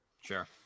sure